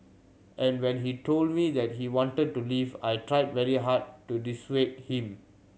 and when he told me that he wanted to leave I tried very hard to dissuade him